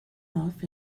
off